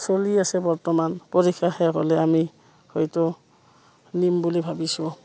চলি আছে বৰ্তমান পৰীক্ষা শেষ হ'লে আমি হয়তো নিম বুলি ভাবিছোঁ